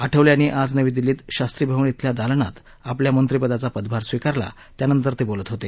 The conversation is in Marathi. आठवले यांनी आज नवी दिल्लीत शास्त्री भवन इथल्या दालनात आपल्या मंत्रीपदाचा पदभार स्वीकारला त्यानंतर ते बोलत होते